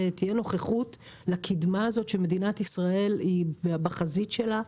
תהיה נוכחות לקדמה הזאת שמדינת ישראל היא בחזית שלה.